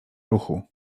ruchu